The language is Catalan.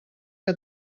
que